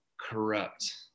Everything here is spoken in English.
corrupt